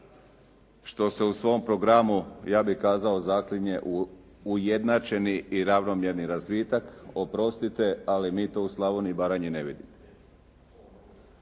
što se u svom programu ja bih kazao zaklinje, ujednačeni i ravnomjerni razvitak, oprostite ali mi to u Slavoniji i Baranji ne vidimo.